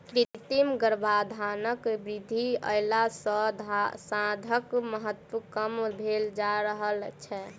कृत्रिम गर्भाधानक विधि अयला सॅ साँढ़क महत्त्व कम भेल जा रहल छै